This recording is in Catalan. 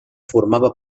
formava